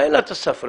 אין לה את סף הרגישות.